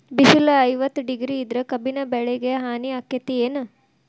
ಬಿಸಿಲ ಐವತ್ತ ಡಿಗ್ರಿ ಇದ್ರ ಕಬ್ಬಿನ ಬೆಳಿಗೆ ಹಾನಿ ಆಕೆತ್ತಿ ಏನ್?